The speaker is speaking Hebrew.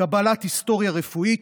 קבלת היסטוריה רפואית,